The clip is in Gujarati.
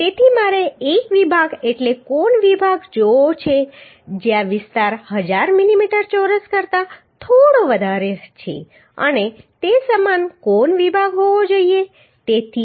તેથી મારે એક વિભાગ એટલે કોણ વિભાગ જોવો છે જ્યાં વિસ્તાર 1000 મિલીમીટર ચોરસ કરતા થોડો વધારે છે અને તે સમાન કોણ વિભાગ હોવો જોઈએ